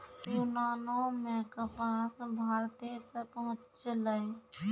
यूनानो मे कपास भारते से पहुँचलै